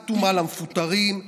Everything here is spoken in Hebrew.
אטומה למפוטרים,